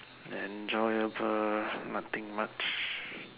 enjoyable nothing much